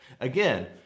Again